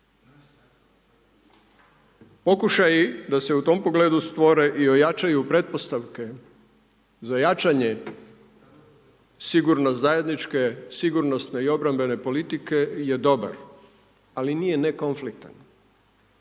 Pokušaji da se u tom pogledu stvore i ojačaju pretpostavke za jačanje sigurno zajedničke, sigurnosne i obrambene politike je dobar ali nije nekonfliktan